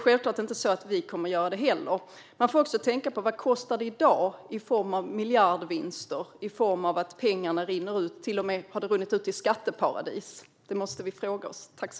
Självklart kommer inte heller vårt system att rasa ihop. Vi får också fråga oss vad det hela kostar i dag, i form av miljardvinster, där pengarna rinner ut. Det har till och med förekommit att de runnit ut till skatteparadis. Detta måste vi fråga oss.